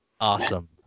awesome